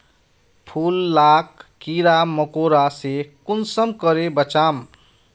फूल लाक कीड़ा मकोड़ा से कुंसम करे बचाम?